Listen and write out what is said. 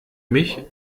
mich